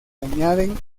añaden